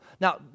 Now